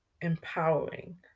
empowering